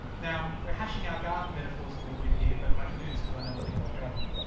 now. we're hashing our garden metaphors a little bit here, but i can do this cos i know nothing about gardening.